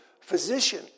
physician